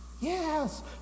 Yes